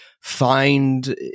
find